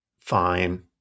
Fine